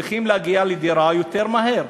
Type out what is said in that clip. צריכים להגיע לדירה יותר מהר,